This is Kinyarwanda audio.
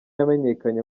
yamenyekanye